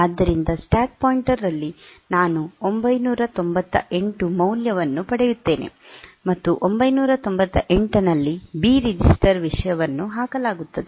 ಆದ್ದರಿಂದ stack pointer ರಲ್ಲಿ ನಾನು 998 ಮೌಲ್ಯವನ್ನು ಪಡೆಯುತ್ತೇನೆ ಮತ್ತು 998 ನಲ್ಲಿ ಬಿ ರಿಜಿಸ್ಟರ್ ವಿಷಯವನ್ನು ಹಾಕಲಾಗುತ್ತದೆ